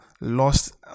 lost